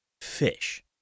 Fish